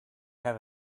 have